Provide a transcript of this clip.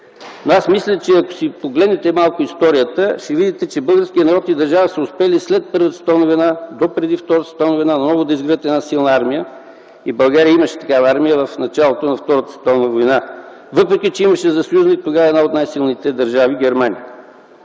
Аз мисля, че ако погледнете историята ще видите, че българският народ и държава са успели след Първата световна война допреди Втората световна война наново да изградят една силна армия. И България имаше такава армия в началото на Втората световна война, въпреки че имаше за съюзник тогава една от най-силните държави – Германия,